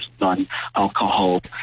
non-alcohol